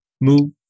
move